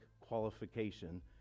qualification